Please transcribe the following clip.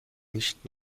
nicht